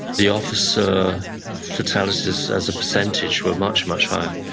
the officer fatalities as a percentage were much, much higher.